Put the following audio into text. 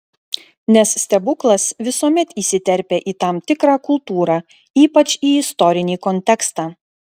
nes stebuklas visuomet įsiterpia į tam tikrą kultūrą ypač į istorinį kontekstą